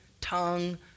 tongue